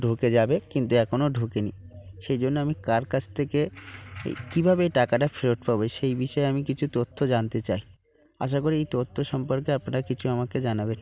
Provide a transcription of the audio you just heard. ঢুকে যাবে কিন্তু এখনও ঢোকেনি সেই জন্য আমি কার কাছ থেকে কীভাবে এই টাকাটা ফেরত পাব সেই বিষয়ে আমি কিছু তথ্য জানতে চাই আশা করি এই তথ্য সম্পর্কে আপনারা কিছু আমাকে জানাবে